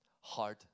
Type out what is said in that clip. hard